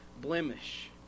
blemish